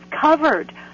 covered